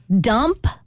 Dump